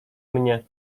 mnie